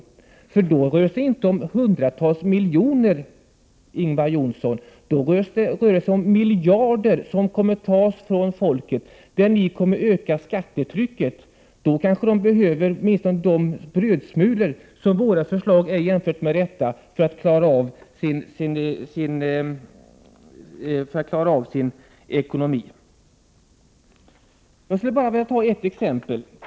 1988/89:104 inte om besparingar på hundratals miljoner, Ingvar Johnsson, utan i den 26 april 1989 handlar det om miljarder som kommer att tas från människorna då socialdemokraterna kommer att öka skattetrycket. Då kanske människorna behöver åtminstone de brödsmulor som vårt förslag innebär jämfört med socialdemokraternas för att klara av sin ekonomi. Jag vill nämna ytterligare ett exempel.